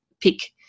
pick